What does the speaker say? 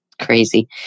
crazy